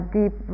deep